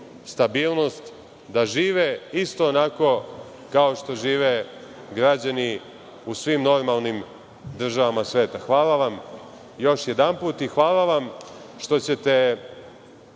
stabilnost, da žive isto onako kao što žive građani u svim normalnim državama sveta. Hvala vam još jedanput i hvala vam što ćete